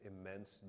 immense